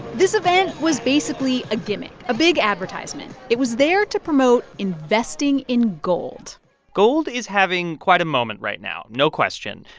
this event was basically a gimmick, a big advertisement. it was there to promote investing in gold gold is having quite a moment right now no question.